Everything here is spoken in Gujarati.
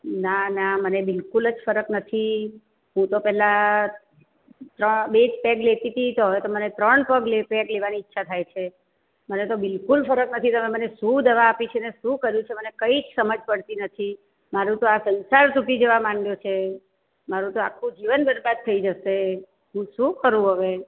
ના ના મને બિલકુલ જ ફરક નથી હું તો પેલ્લા ત્ર બે જ પેગ લેતી તી તો હવે મને ત્રણ પેગ લેવાની ઈચ્છા થાય છે મને તો બિલકુલ ફરક નથી તમે મને શું દવા આપી છે ને શું કર્યું છે મને કઈ જ સમજ પડતી નથી મારુ તો આ સંસાર તૂટી જવા માંડ્યો છે મારુ તો આખું જીવન બરબાદ થઈ જશે હું શું કરું હવે